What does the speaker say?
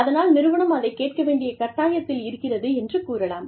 அதனால் நிறுவனம் அதைக் கேட்க வேண்டிய கட்டாயத்தில் இருக்கிறது என்று கூறலாம்